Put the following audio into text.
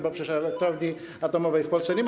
Bo przecież elektrowni atomowej w Polsce nie ma.